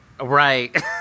Right